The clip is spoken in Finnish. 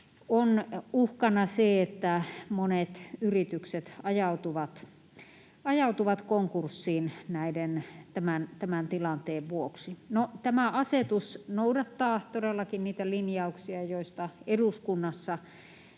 on uhkana se, että monet yritykset ajautuvat konkurssiin tämän tilanteen vuoksi. No, tämä asetus noudattaa todellakin niitä linjauksia, joista eduskunnassa